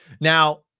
now